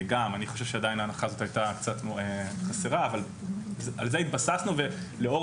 אני חושב שעדיין ההנחה הזו הייתה קצת חסרה אבל על זה התבססנו ולאור